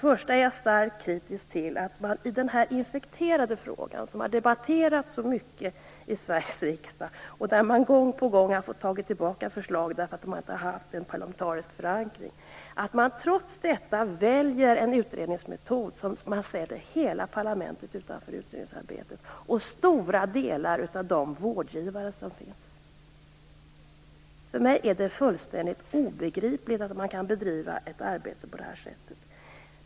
Jag är starkt kritisk till att man i den här infekterade frågan, som debatterats så ofta i Sveriges riksdag och där förslaget gång på gång fått tas tillbaka därför att det inte haft en parlamentarisk förankring, trots allt väljer en utredningsmetod som sätter hela parlamentet utanför utredningsarbetet och stora delar av de vårdgivare som finns. För mig är det fullständigt obegripligt att man kan bedriva ett arbete på det sättet.